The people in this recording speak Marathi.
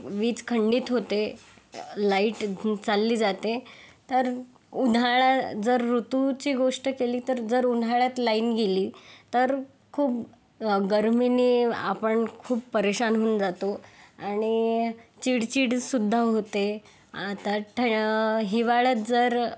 वीज खंडित होते लाईट चालली जाते तर उन्हाळा जर ऋतूची गोष्ट केली तर जर उन्हाळ्यात लाईन गेली तर खूप गर्मीने आपण खूप परेशान होऊन जातो आणि चिडचिडसुद्धा होते आता ठ हिवाळ्यात जर